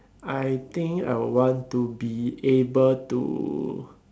I think I would want to be able to